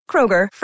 Kroger